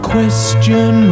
question